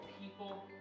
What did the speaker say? people